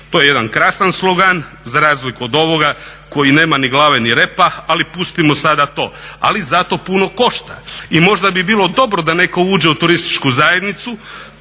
To je jedan krasan slogan za razliku od ovoga koji nema ni glave ni repa, ali pustimo sada to. Ali zato puno košta. I možda bi bilo dobro da netko uđe u turističku zajednicu